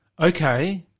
Okay